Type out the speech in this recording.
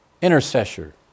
Intercessor